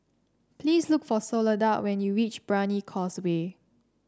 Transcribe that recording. please look for Soledad when you reach Brani Causeway